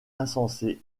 insensé